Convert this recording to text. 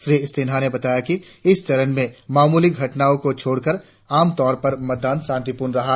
श्री सिन्हा ने बताया कि इस चरण में मामूली घटनाओं को छोड़कर आमतौर पर मतदान शांतिपूर्ण रहा